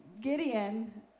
Gideon